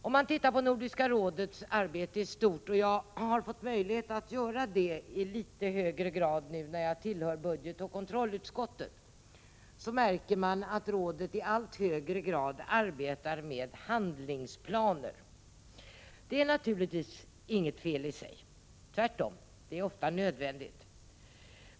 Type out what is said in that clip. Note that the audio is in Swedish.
Om man tittar på Nordiska rådets arbete i stort, och jag har haft möjlighet att göra det i litet högre grad nu när jag tillhör budgetoch kontrollutskottet, märker man att rådet i allt högre grad arbetar med handlingsplaner. Det är naturligtvis inget fel i sig, tvärtom, det är ofta nödvändigt.